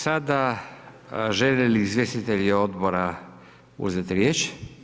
Sada žele li izvjestitelji Odbora uzeti riječ?